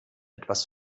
etwas